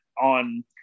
on